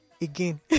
again